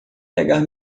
pegar